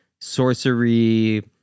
sorcery